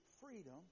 freedom